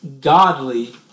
godly